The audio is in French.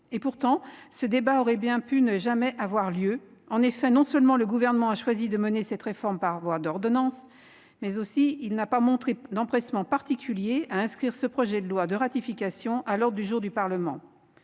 Pourtant, il aurait bien pu ne jamais avoir lieu. En effet, non seulement le Gouvernement a choisi de mener cette réforme par voie d'ordonnance, mais il n'a pas montré d'empressement particulier à inscrire son projet de loi de ratification à l'ordre du jour du Parlement.